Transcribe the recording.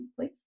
please